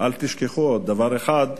אל תשכחו רק דבר אחד,